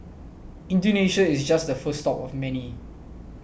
Indonesia is just the first stop of many